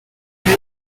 n’ai